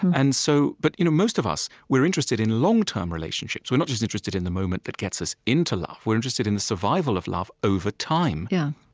um and so but you know most of us, we're interested in long-term relationships. we're not just interested in the moment that gets us into love we're interested in the survival of love over time yeah